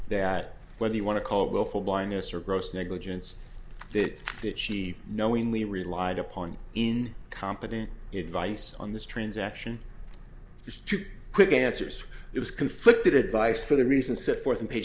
that whether you want to call it willful blindness or gross negligence that that she knowingly relied upon in competent it vice on this transaction is to quick answers it was conflicted advice for the reasons set forth in pa